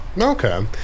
Okay